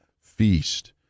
feast